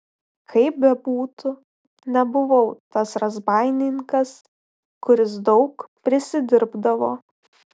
kaip bebūtų nebuvau tas razbaininkas kuris daug prisidirbdavo